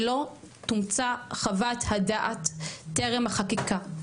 שלא תומצא חוות הדעת טרם החקירה.